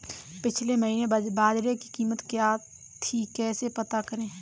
पिछले महीने बाजरे की कीमत क्या थी कैसे पता करें?